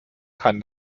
kann